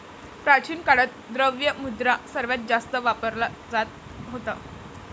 प्राचीन काळात, द्रव्य मुद्रा सर्वात जास्त वापरला जात होता